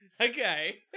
Okay